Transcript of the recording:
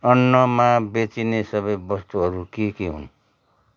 अन्नमा बेचिने सबै वस्तुहरू के के हुन्